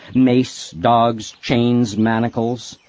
mace, dogs, chains, manacles.